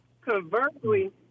Conversely